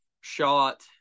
shot